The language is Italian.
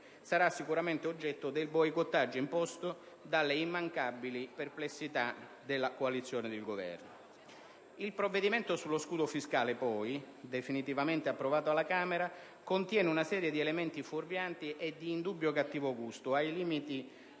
sarà sicuramente oggetto del boicottaggio imposto dalle immancabili perplessità della coalizione di Governo. Inoltre, il provvedimento sullo scudo fiscale, definitivamente approvato alla Camera, contiene una serie di elementi fuorvianti e di indubbio cattivo gusto, ai limiti